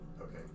Okay